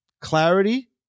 clarity